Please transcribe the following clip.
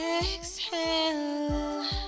Exhale